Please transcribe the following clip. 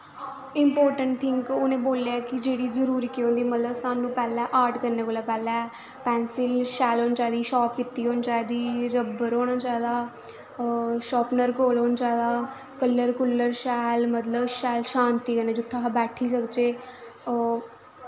important thing उन्नै बोलेआ कि जेह्ड़ी जरूरी ऐ ओह्दी सानूं मतलब आर्ट करने कोला दा पैह्लें पैंसल शैल होनी चाहिदी शार्प कीती दी होनी चाहिदी रब्बड़ होना चाही दा शार्पनर कोल होना चाहिदा कल्लर कुल्लर शैल शांति कन्नै मतलब कि जित्थै अस बैठी सकचै ओह्